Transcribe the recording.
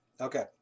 Okay